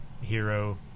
hero